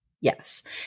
yes